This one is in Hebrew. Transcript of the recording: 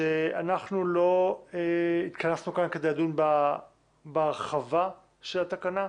שאנחנו לא התכנסנו כאן כדי לדון בהרחבה של התקנה,